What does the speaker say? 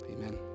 Amen